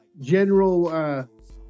general